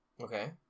Okay